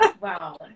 Wow